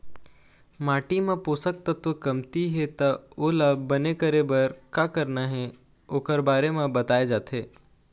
माटी म पोसक तत्व कमती हे त ओला बने करे बर का करना हे ओखर बारे म बताए जाथे